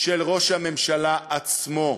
של ראש הממשלה עצמו,